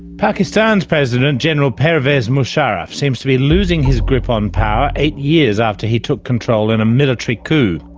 pakistan's president general pervez musharraf seems to be losing his grip on power eight years after he took control in a military coup.